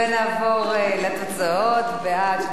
בעד,